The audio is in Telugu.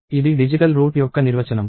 ఇది డిజిటల్ రూట్ యొక్క నిర్వచనం